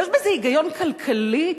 יש בזה היגיון כלכלי?